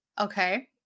Okay